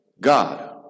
God